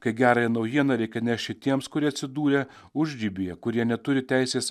kai gerąją naujieną reikia nešti tiems kurie atsidūrė užribyje kurie neturi teisės